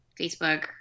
Facebook